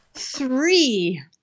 Three